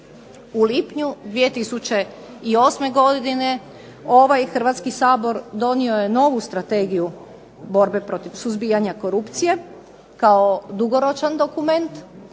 U lipnju 2008. godine ovaj Hrvatski sabor donio je novu Strategiju borbe protiv suzbijanja korupcije kao dugoročan dokument,